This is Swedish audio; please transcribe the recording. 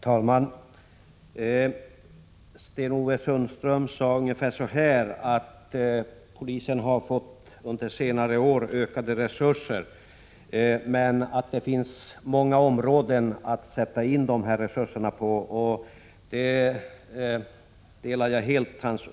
Herr talman! Sten-Ove Sundström sade ungefär så här: Polisen har under senare år fått ökade resurser, men det finns många områden att sätta in dessa resurser på. Den synpunkten delar jag.